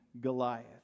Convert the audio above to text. Goliath